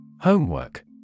Homework